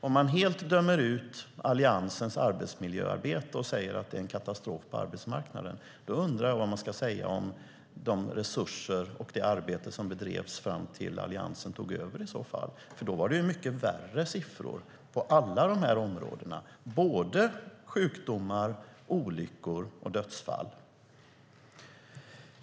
Om man helt dömer ut Alliansens arbetsmiljöarbete och säger att det är en katastrof på arbetsmarknaden, då undrar jag vad man ska säga om de resurser som satsades och det arbete som bedrevs fram tills Alliansen tog över. Då var det ju mycket värre siffror på alla de här områdena - både sjukdomar, olyckor och dödsfall.